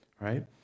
right